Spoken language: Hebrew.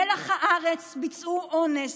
מלח הארץ ביצעו אונס.